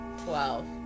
twelve